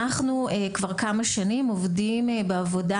אנחנו כבר כמה שנים עובדים בעבודה